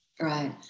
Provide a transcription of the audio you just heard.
right